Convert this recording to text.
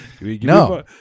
No